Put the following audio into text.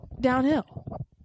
downhill